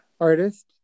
artist